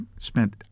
spent